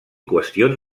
qüestions